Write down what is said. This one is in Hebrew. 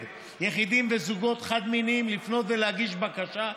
יחידים וזוגות חד-מיניים לפנות ולהגיש בקשה לאמץ,